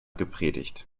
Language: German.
gepredigt